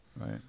right